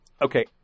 Okay